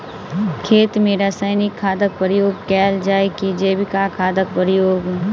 खेत मे रासायनिक खादक प्रयोग कैल जाय की जैविक खादक प्रयोग?